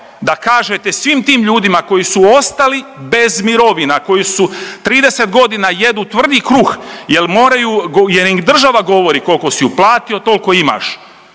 da kažete svim tim ljudima koji su ostali bez mirovina, koji su, 30.g. jedu tvrdi kruh jel moraju, jel im država govori kolko si uplatio tolko imaš,